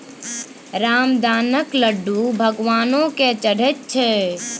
रामदानाक लड्डू भगवानो केँ चढ़ैत छै